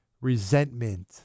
resentment